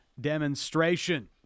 demonstration